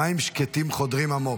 מים שקטים חודרים עמוק.